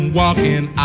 walking